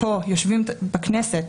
הכנסת,